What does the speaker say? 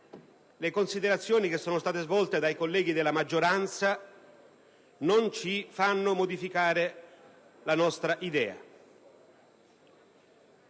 Le considerazioni svolte dai colleghi della maggioranza non ci portano a modificare la nostra idea.